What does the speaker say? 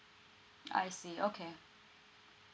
I see okay